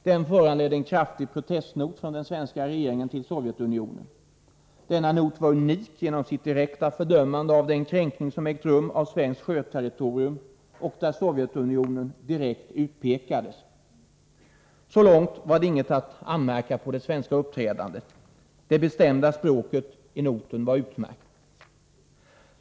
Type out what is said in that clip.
Den föranledde en kraftig protestnot från den svenska regeringen till Sovjetunionen. Denna not var unik genom sitt direkta fördömande av den kränkning som ägt rum av svenskt sjöterritorium och där Sovjetunionen direkt utpekades. Så långt var det inget att anmärka på det svenska uppträdandet. Det bestämda språket i noten var utmärkt.